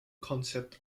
concept